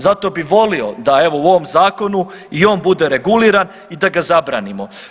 Zato bi volio da evo u ovom zakonu i on bude reguliran i da ga zabranimo.